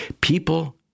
People